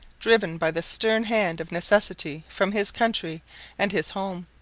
driven by the stern hand of necessity from his country and his home,